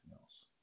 else